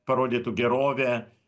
parodytų gerovę